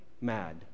mad